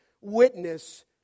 witness